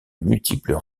multiples